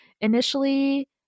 initially